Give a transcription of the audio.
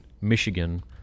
Michigan